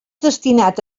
destinat